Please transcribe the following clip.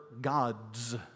gods